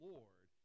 Lord